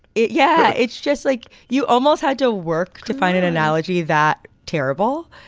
yeah, it's just like you almost had to work to find an analogy that terrible.